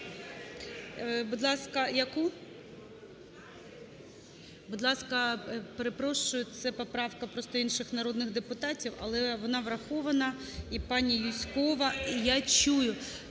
Будь ласка, яку? Будь ласка, перепрошую, це поправка просто інших народних депутатів, але вона врахована. І пані Юзькова… Я чую.